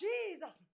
Jesus